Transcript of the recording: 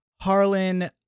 harlan